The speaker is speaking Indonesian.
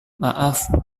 maaf